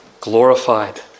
glorified